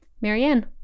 Marianne